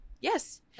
yes